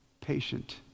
patient